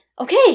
Okay